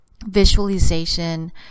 visualization